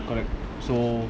ya I mean ya correct so